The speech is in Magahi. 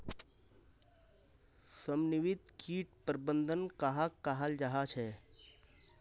समन्वित किट प्रबंधन कहाक कहाल जाहा झे?